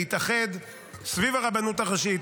להתאחד סביב הרבנות הראשית,